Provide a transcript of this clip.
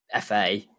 FA